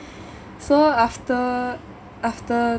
so after after